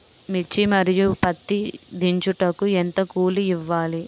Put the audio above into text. మిర్చి మరియు పత్తి దించుటకు ఎంత కూలి ఇవ్వాలి?